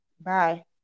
Bye